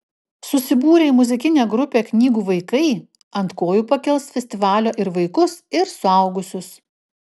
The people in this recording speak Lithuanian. susibūrę į muzikinę grupę knygų vaikai ant kojų pakels festivalio ir vaikus ir suaugusius